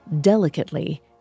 Delicately